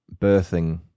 birthing